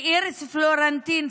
לאיריס פלורנטין,